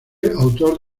autor